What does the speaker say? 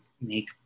make